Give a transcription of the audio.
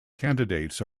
candidates